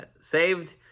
saved